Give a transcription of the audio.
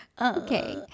Okay